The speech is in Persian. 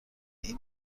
این